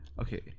okay